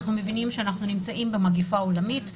אנחנו מבינים שאנחנו נמצאים במגפה עולמית.